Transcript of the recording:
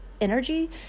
energy